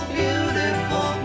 beautiful